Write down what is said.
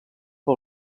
per